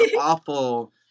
awful